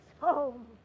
home